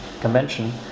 convention